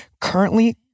currently